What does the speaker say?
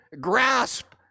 grasp